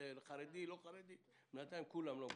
חרדי או לא חרדי בינתיים כולם לא מקבלים.